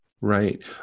Right